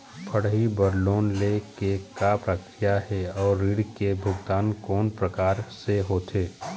पढ़ई बर लोन ले के का प्रक्रिया हे, अउ ऋण के भुगतान कोन प्रकार से होथे?